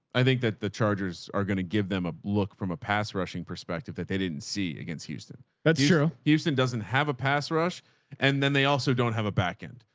i think that the chargers are going to give them a look from a pass rushing perspective that they didn't see against houston. that's true. houston doesn't have a pass rush and then they also don't have a backend.